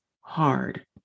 hard